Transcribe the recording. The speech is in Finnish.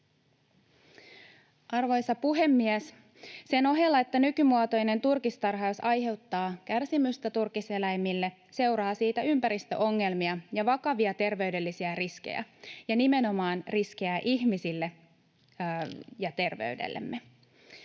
Arvoisa puhemies! Sen ohella, että nykymuotoinen turkistarhaus aiheuttaa kärsimystä turkiseläimille, seuraa siitä ympäristöongelmia ja vakavia terveydellisiä riskejä ja nimenomaan riskejä ihmisille ja terveydellemme.